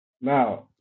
Now